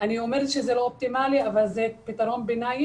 ואנחנו כאילו מקצים רק תקן של עובדת ניקיון אחת,